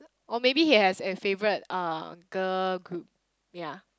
or maybe he has a favourite girl group ya